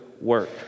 work